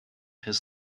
his